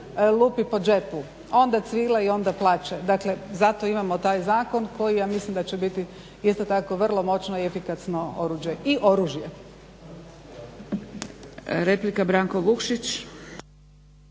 lupi po džepu. Onda cvile i onda plaču. Dakle zato imamo taj zakon koji ja mislim da će biti isto tako vrlo moćno i efikasno oruđe i oružje.